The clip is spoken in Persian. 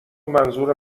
منظور